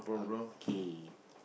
okay